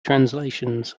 translations